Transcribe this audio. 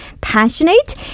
passionate